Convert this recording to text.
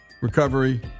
recovery